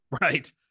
Right